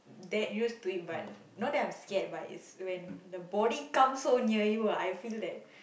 that used to it but not that I'm scared but is when the body comes so near you I feel that